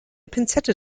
pinzette